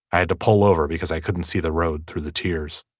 i had to pull over because i couldn't see the road through the tears.